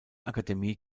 akademie